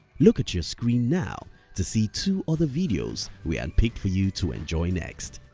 look at your screen now to see two other videos we handpicked for you to enjoy next.